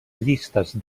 llistes